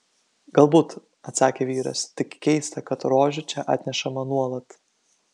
galbūt atsakė vyras tik keista kad rožių čia atnešama nuolat